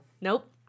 Nope